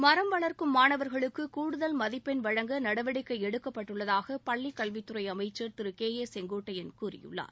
மரம் வளர்க்கும் மாணவர்களுக்கு கூடுதல் மதிப்பெண் வழங்க நடவடிக்கை எடுக்கப்பட்டுள்ளதாக பள்ளிக்கல்வித்துறை அமைச்சர் திரு கே ஏ செங்கோட்டையன் கூறியுள்ளார்